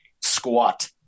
squat